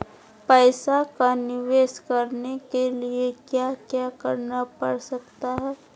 पैसा का निवेस करने के लिए क्या क्या करना पड़ सकता है?